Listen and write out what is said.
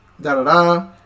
da-da-da